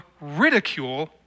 ridicule